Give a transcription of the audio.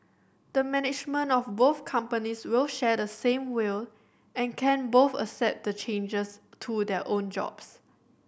the management of both companies will share the same will and can both accept the changes to their own jobs